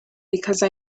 because